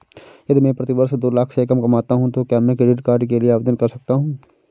यदि मैं प्रति वर्ष दो लाख से कम कमाता हूँ तो क्या मैं क्रेडिट कार्ड के लिए आवेदन कर सकता हूँ?